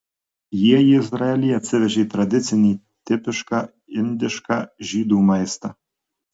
jie į izraelį atsivežė tradicinį tipišką indišką žydų maistą